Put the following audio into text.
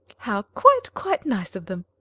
how quite, quite nice of them.